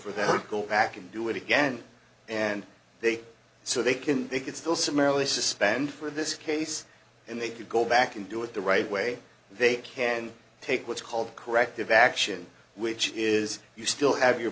for them to go back and do it again and they so they can they could still summarily suspend for this case and they could go back and do it the right way they can take what's called corrective action which is you still have your